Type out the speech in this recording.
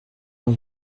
onze